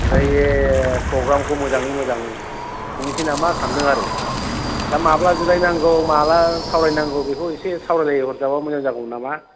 ओमफ्राय बे प्रग्रामखौ मोजाङै मोजां खुंनोसै नामा सान्दों आरो दा माब्ला जिरायनांगौ माब्ला सावरायनांगौ बेखौ एसे सावरायलायहरब्ला मोजां जागौमोन नामा